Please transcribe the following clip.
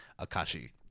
akashi